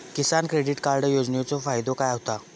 किसान credit card योजनेचो फायदो काय होता?